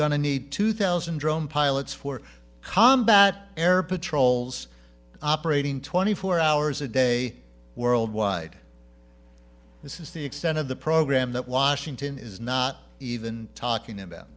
to need two thousand drone pilots for combat air patrols operating twenty four hours a day worldwide this is the extent of the program that washington is not even talking about